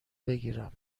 بگیرم